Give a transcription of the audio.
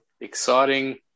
exciting